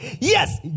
Yes